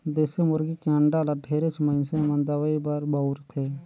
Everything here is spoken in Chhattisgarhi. देसी मुरगी के अंडा ल ढेरेच मइनसे मन दवई बर बउरथे